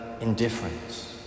Indifference